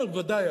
כן, בוודאי.